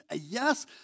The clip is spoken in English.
Yes